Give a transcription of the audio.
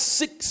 six